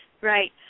Right